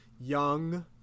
young